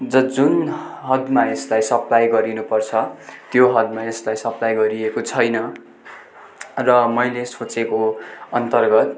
ज जुन हदमा यसलाई सप्लाई गरिनु पर्छ त्यो हदमा यसलाई सप्लाई गरिएको छैन र मैले सोचेको अन्तर्गत